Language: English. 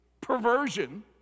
perversion